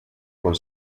con